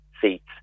seats